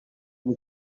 uba